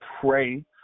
pray